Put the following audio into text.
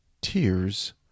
tears